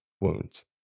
wounds